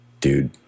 dude